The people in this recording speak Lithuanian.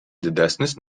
didesnis